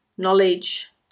knowledge